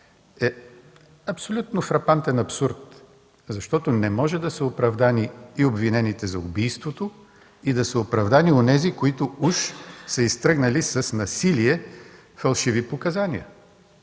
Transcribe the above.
е абсолютно фрапантен абсурд, защото не може да са оправдани и обвинените за убийството, и да са оправдани онези, от които уж са изтръгнали с насилие фалшиви показания.